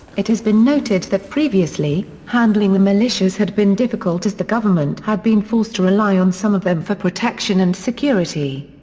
it has been noted that previously, handling the militias had been difficult as the government had been forced to rely on some of them for protection and security.